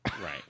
Right